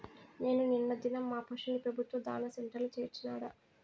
నేను నిన్న దినం మా పశుల్ని పెబుత్వ దాణా సెంటర్ల చేర్చినాడ